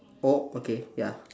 oh okay ya